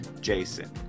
jason